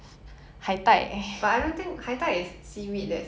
kelp 海带 is kelp